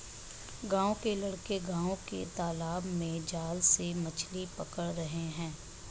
गांव के लड़के गांव के तालाब में जाल से मछली पकड़ रहे हैं